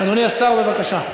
אדוני השר, בבקשה.